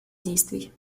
действий